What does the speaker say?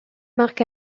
mark